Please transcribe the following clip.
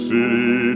City